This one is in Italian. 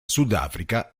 sudafrica